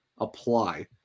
apply